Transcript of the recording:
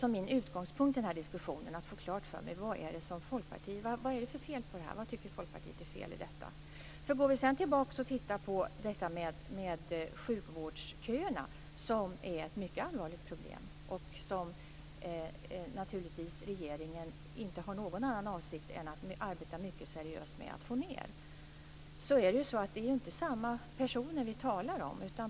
Min utgångspunkt i denna diskussion är att få klart för mig vad Folkpartiet tycker att det är för fel på detta. Om vi går tillbaka och tittar på sjukvårdsköerna, som är ett mycket allvarligt problem och som regeringen inte har någon annan avsikt än att arbeta mycket seriöst för att minska, är det ju inte samma personer som vi talar om.